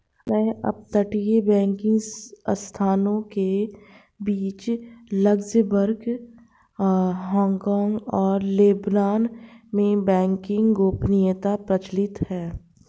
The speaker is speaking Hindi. अन्य अपतटीय बैंकिंग संस्थानों के बीच लक्ज़मबर्ग, हांगकांग और लेबनान में बैंकिंग गोपनीयता प्रचलित है